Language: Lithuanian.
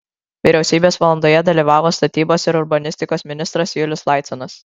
vyriausybės valandoje dalyvavo statybos ir urbanistikos ministras julius laiconas